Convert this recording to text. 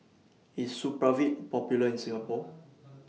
IS Supravit Popular in Singapore